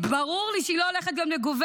שברור לי שהיא לא הולכת להיות מגוונת.